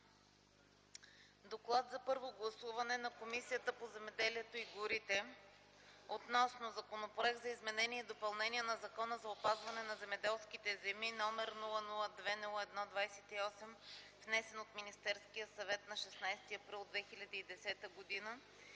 „ДОКЛАД за първо гласуване на Комисията по земеделието и горите относно Законопроект за изменение и допълнение на Закона за опазване на земеделските земи, № 002-01-28, внесен от Министерския съвет на 16 април 2010 г.,